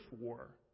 war